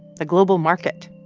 the global market.